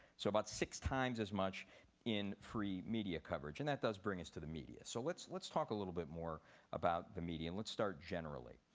so about six times as much in free media coverage and that does bring us to the media. so let's let's talk a little bit more about the media, and let's start generally.